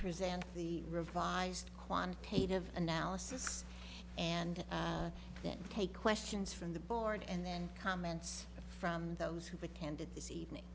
present the revised quantitative analysis and then take questions from the board and then comments from those who attended this evening